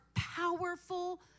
Powerful